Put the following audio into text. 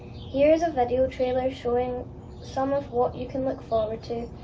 here is a video trailer showing some of what you can look forward to.